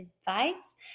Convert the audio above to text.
advice